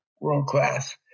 world-class